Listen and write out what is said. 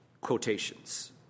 quotations